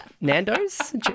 Nando's